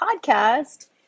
podcast